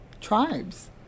tribes